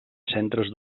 centres